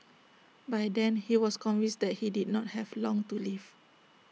by then he was convinced that he did not have long to live